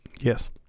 Yes